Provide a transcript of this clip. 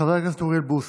חבר הכנסת אוריאל בוסו,